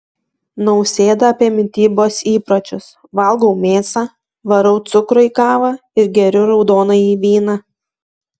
nausėda apie mitybos įpročius valgau mėsą varau cukrų į kavą ir geriu raudonąjį vyną